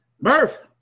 Murph